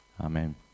Amen